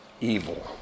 evil